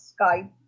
Skype